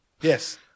yes